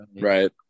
right